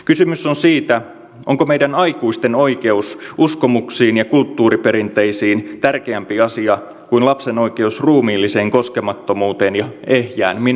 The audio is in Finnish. kysymys on siitä onko meidän aikuisten oikeus uskomuksiin ja kulttuuriperinteisiin tärkeämpi asia kuin lapsen oikeus ruumiilliseen koskemattomuuteen ja ehjään minäkuvaan